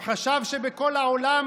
הוא חשב שבכל העולם